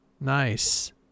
Nice